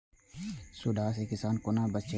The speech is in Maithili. सुंडा से किसान कोना बचे?